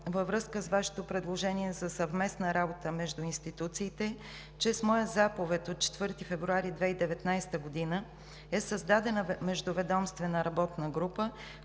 във връзка с Вашето предложение за съвместна работа между институциите, че с моя заповед от 4 февруари 2019 г. е създадена междуведомствена работна група,